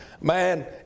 Man